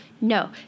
no